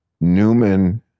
Newman